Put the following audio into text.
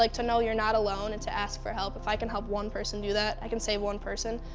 like to know you're not alone and to ask for help. if i can help one person do that, i can save one person,